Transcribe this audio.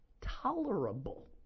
tolerable